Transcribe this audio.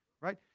Right